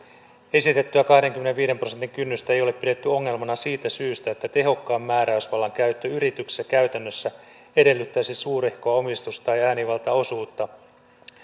esitettyä kahdenkymmenenviiden prosentin kynnystä ei ole pidetty ongelmana siitä syystä että tehokkaan määräysvallan käyttö yrityksessä käytännössä edellyttäisi suurehkoa omistus tai äänivaltaosuutta